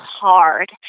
hard